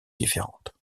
différentes